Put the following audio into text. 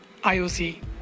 IOC